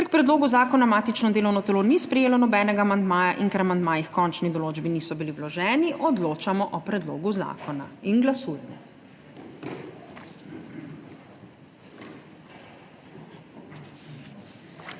Ker k predlogu zakona matično delovno telo ni sprejelo nobenega amandmaja in ker amandmaji h končni določbi niso bili vloženi, odločamo o predlogu zakona. Glasujemo.